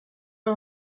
per